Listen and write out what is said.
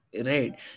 Right